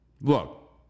look